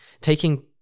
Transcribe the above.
taking